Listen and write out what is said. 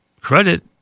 credit